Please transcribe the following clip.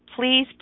please